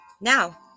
Now